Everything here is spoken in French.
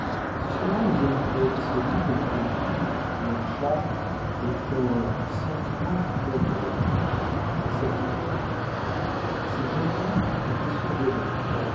ce qui rend les amitiés indissolubles et double leur charme est un sentiment qui manque à l'amour la certitude ces jeunes gens étaient sûrs d'eux-mêmes